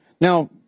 Now